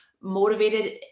motivated